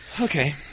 Okay